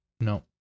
No